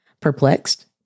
perplexed